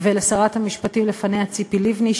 ולשרת המשפטים לפניה ציפי לבני,